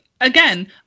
Again